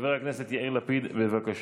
חבר הכנסת יאיר לפיד, בבקשה.